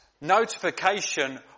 notification